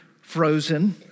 frozen